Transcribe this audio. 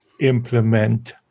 implement